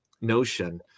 notion